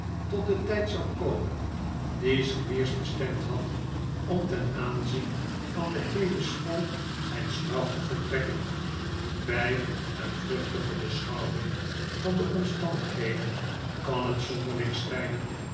tot de tijd zou komen dien squeers bestemd had om ten aanzien van de heele school zijn straf te voltrekken bij een vluchtige beschouwing van de omstandigheden kan het zonderling schijnen